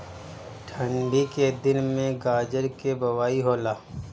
ठन्डी के दिन में गाजर के बोआई होला